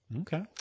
Okay